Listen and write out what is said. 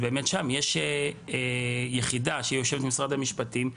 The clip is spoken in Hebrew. באמת שם יש יחידה שיושבת במשרד המשפטים,